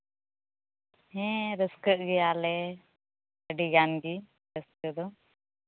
ᱦᱮᱸ ᱨᱟᱹᱥᱠᱟᱹᱜ ᱜᱮᱭᱟᱞᱮ ᱟᱹᱰᱤᱜᱟᱱ ᱜᱮ ᱨᱟᱹᱥᱠᱟᱹ ᱫᱚ